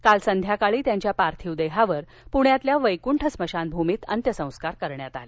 काळ संध्याकाळी त्यांच्या पार्थिव देहावर पुण्यातील वैकुठ स्मशानभूमीत अंत्यसंस्कार करण्यात आले